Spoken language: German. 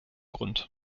grund